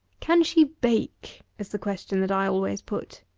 can she bake? is the question that i always put.